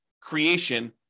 creation